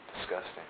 Disgusting